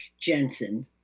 Jensen